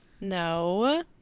No